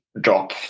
drop